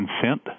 Consent